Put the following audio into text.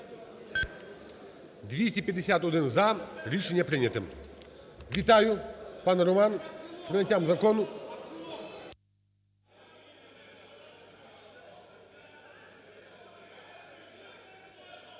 251 – за. Рішення прийняте. Вітаю, пане Роман, з прийняттям закону.